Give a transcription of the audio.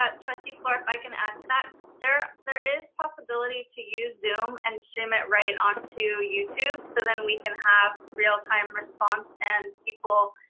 trustee fluor, if i can add to that, there there is possibility to use zoom and stream it right onto youtube. so then we can have real time response and people.